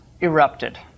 erupted